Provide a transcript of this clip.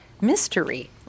mystery